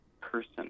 person